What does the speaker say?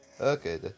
Okay